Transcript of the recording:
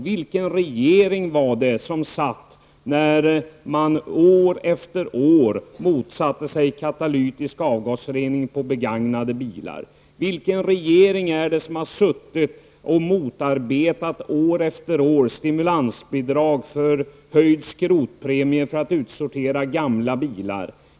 Vilken regering var det som satt när man år efter år motsatte sig katalytisk avgasrening på begagnade bilar? Vilken regering är det som år efter år har motarbetat stimulansbidrag för höjd skrotpremie för att man skall utsortera gamla bilar?